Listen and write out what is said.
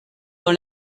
dans